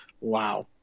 Wow